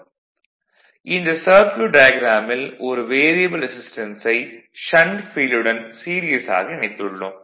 vlcsnap 2018 11 05 09h50m00s84 இந்த circuit டயக்ராமில் ஒரு வேரியபல் ரெசிஸ்டன்ஸை ஷண்ட் ஃபீல்டுடன் சீரிஸ் ஆக இணைத்துள்ளோம்